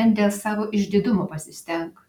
bent dėl savo išdidumo pasistenk